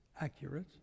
accurate